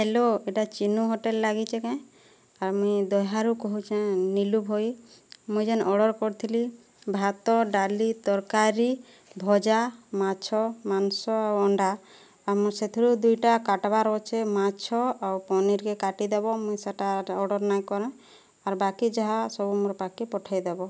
hello ଇଟା Chinu hotel ଲାଗିଛେ କାଏଁ ହଁ ମୁଇଁ ଦହ୍ୟାରୁ କହୁଛେ ନିଲୁ ଭୋଇ ମୁଇଁ ଯେନ୍ ଅର୍ଡ଼ର କରିଥିଲି ଭାତ ଡାଲି ତରକାରୀ ଭଜା ମାଛ ମାଂସ ଆଉ ଅଣ୍ଡା ଆମର୍ ସେଥିରୁ ଦୁଇଟା କାଟବାର୍ ଅଛେ ମାଛ ଆଉ ପନିରକେ କାଟିଦେବ ମୁଇଁ ସେଟା ଅର୍ଡ଼ର ନାଇଁ କରେ ଆର୍ ବାକି ଯାହା ସବୁ ମୋର ପାଖ୍କେ ପଠେଇଦେବ